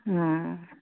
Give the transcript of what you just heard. हां